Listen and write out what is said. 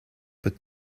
but